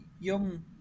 Young